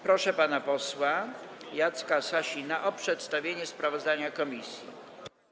Proszę pana posła Jacka Sasina o przedstawienie sprawozdania komisji.